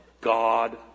God